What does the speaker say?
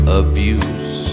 abuse